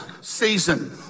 season